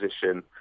position